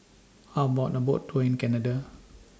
How about A Boat Tour in Canada